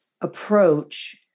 approach